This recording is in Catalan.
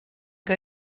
què